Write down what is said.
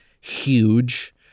huge